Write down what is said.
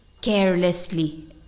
carelessly